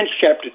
chapter